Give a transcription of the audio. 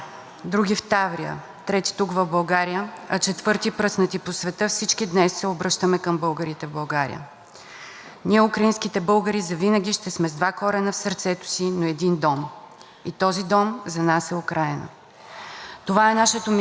Ние, украинските българи, завинаги ще сме с два корена в сърцето си, но с един дом и този дом за нас е Украйна. Това е нашето място на силата – не просто земя, прозорци, стени и врати, а семейно гнездо, място, където се пази родовата памет.